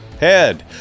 Head